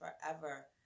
forever